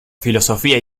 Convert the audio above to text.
filosofía